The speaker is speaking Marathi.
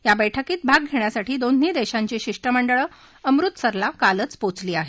या बैठकीत भाग घेण्यासाठी दोन्ही देशाची शिष्टमंडळ अमृतसरला कालच पोचली आहेत